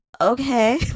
okay